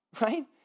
Right